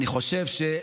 והחמישית.